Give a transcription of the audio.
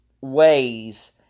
ways